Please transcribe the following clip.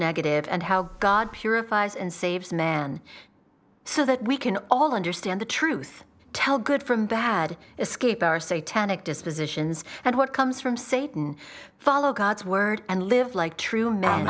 negative and how god purifies and saves man so that we can all understand the truth tell good from bad escape our so tanneke dispositions and what comes from satan follow god's word and live like true men